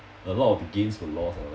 a lot of gains were lost uh